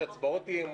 יש הצבעות אי אמון,